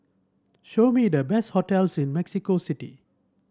show me the best hotels in Mexico City